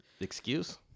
Excuse